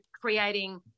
creating